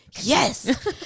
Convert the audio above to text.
Yes